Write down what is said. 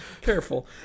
Careful